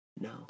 No